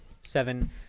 Seven